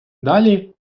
далі